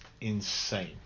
insane